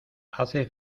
hace